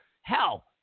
hell